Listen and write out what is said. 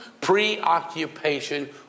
preoccupation